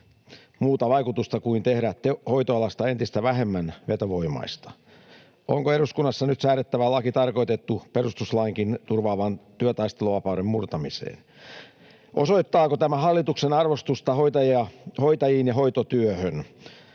muuta vaikutusta kuin tehdä hoitoalasta entistä vähemmän vetovoimaista. Onko eduskunnassa nyt säädettävä laki tarkoitettu perustuslainkin turvaavan työtaisteluvapauden murtamiseen? Osoittaako tämä hallituksen arvostusta hoitajiin ja hoitotyöhön?